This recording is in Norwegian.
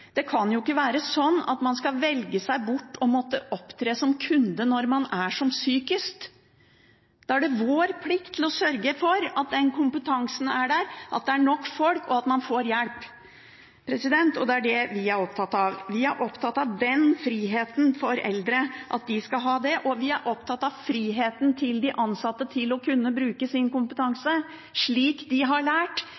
Det kan jo ikke være sånn at man skal velge seg bort og måtte opptre som kunde når man er som sykest. Da er det vår plikt å sørge for at den kompetansen er der, at det er nok folk, og at man får hjelp – det er det vi er opptatt av. Vi er opptatt av den friheten for eldre, at de skal ha det. Og vi er opptatt av de ansattes frihet til å kunne bruke sin